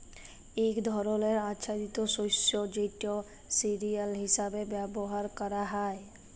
এক ধরলের আচ্ছাদিত শস্য যেটা সিরিয়াল হিসেবে ব্যবহার ক্যরা হ্যয়